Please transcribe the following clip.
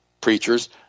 preachers